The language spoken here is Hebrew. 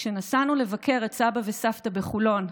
כשנסענו לבקר את סבא וסבתא בחולון,